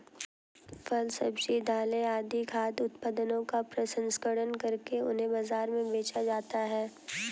फल, सब्जी, दालें आदि खाद्य उत्पादनों का प्रसंस्करण करके उन्हें बाजार में बेचा जाता है